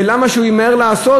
למה שהוא ימהר לעשות?